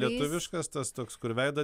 lietuviškas tas toks kur veidą